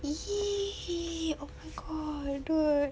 !ee! oh my god dude